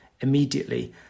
immediately